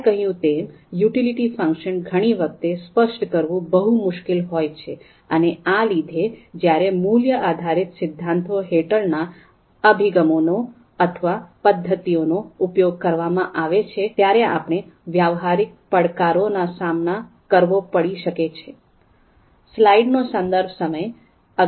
મેં કહ્યું તેમ યુટિલિટી ફંક્શનને ઘણી વખત સ્પષ્ટ કરવું બહુ મુશ્કેલ હોઈ છે અને આ લીધે જયારે મૂલ્ય આધારિત સિદ્ધાંતો હેઠળના અભિગમો અથવા પદ્ધતિઓનો ઉપયોગ કરવામાં આવે છે ત્યાર આપને વ્યવહારિક પડકારોના સામના કરવો પડી શકિયે છે